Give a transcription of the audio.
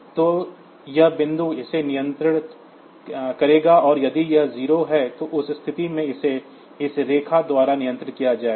तो यह बिंदु इसे नियंत्रित करेगा और यदि यह 0 है तो उस स्थिति में इसे इस रेखा द्वारा नियंत्रित किया जाएगा